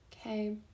Okay